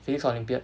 physics olympiad